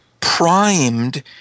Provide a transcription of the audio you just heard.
primed